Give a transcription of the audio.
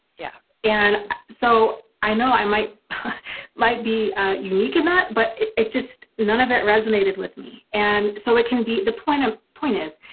yeah. and so i know i might might be unique or not, but it it just, none of it resonated with me and so it can be. the point of. point is,